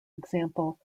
example